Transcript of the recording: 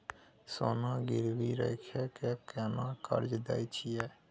सोना गिरवी रखि के केना कर्जा दै छियै?